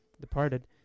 departed